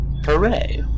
Hooray